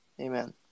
Amen